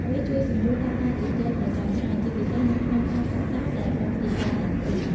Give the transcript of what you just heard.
វាជួយសម្រួលក្នុងការជជែកប្រចាំថ្ងៃ ជាពិសេសនៅក្នុងការសិក្សាដែលប្រើភាសាទាំងពីរ។